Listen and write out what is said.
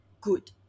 good